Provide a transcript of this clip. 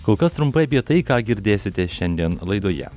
kol kas trumpai apie tai ką girdėsite šiandien laidoje